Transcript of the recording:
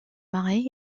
marais